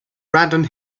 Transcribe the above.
brandon